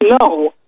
No